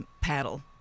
paddle